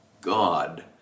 God